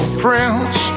prince